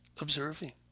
observing